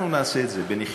אנחנו נעשה את זה בנחישות,